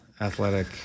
athletic